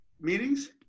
meetings